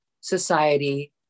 society